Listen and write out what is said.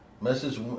Message